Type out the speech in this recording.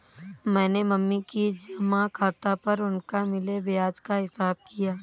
मैंने मम्मी के जमा खाता पर उनको मिले ब्याज का हिसाब किया